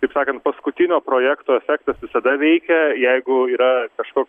kaip sakant paskutinio projekto efektas visada veikia jeigu yra kažkoks